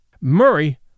Murray